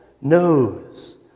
knows